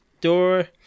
door